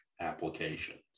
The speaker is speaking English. applications